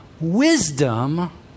wisdom